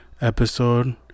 episode